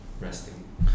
resting